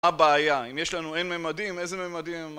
מה הבעיה? אם יש לנו אין ממדים, איזה ממדים הם מעניינים?